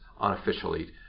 unofficially